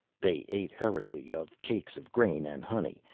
they ate hurriedly of cakes of grain and honey,